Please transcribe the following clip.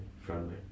friendly